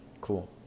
Cool